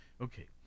Okay